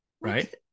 right